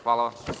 Hvala.